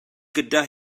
gyda